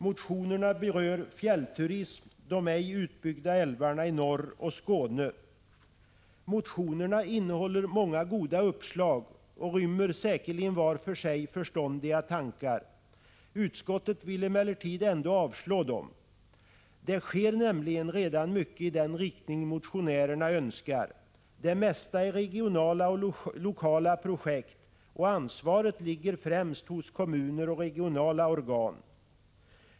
Motionerna berör fjällturismen, de ej utbyggda älvarna i norr, och Skåne. Dessa motioner innehåller många goda uppslag och rymmer säkerligen var för sig förståndiga tankar. Utskottet vill emellertid ändå avstyrka dem. Det sker redan mycket i den riktning motionärerna önskar. Det mesta är regionala och lokala projekt, och ansvaret ligger främst hos kommuner och regionala organ.